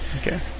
Okay